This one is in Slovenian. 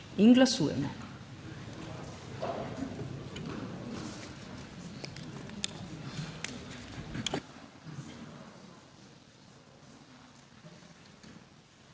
da glasujemo.